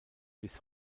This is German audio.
bis